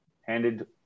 handed